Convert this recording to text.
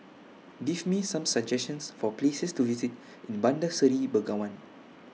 Give Me Some suggestions For Places to visit in Bandar Seri Begawan